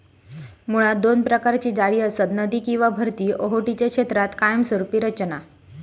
मुळात दोन प्रकारची जाळी असतत, नदी किंवा भरती ओहोटीच्या क्षेत्रात कायमस्वरूपी रचना